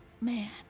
man